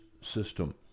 system